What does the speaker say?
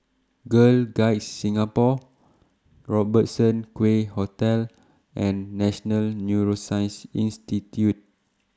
Girl Guides Singapore Robertson Quay Hotel and National Neuroscience Institute